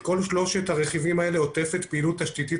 את כל שלושת הרכיבים האלה עוטפת פעילות תשתיתית